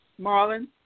Marlon